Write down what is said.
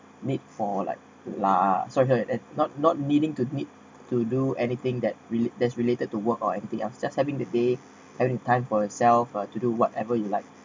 made for like lah sorry uh not not needing to meet to do anything that really that's related to work or anything else just having the day having time for yourself uh to do whatever you like